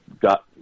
got